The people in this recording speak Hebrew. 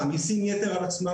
מעמיסים יותר מדי.